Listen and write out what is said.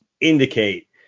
indicate